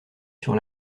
sur